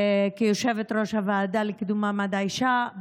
כיושבת-ראש הוועדה לקידום מעמד האישה,